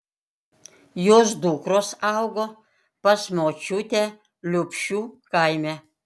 jos dukros augo pas močiutę liupšių kaime